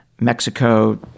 Mexico